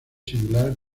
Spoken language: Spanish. similar